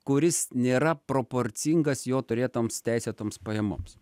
kuris nėra proporcingas jo turėtoms teisėtoms pajamoms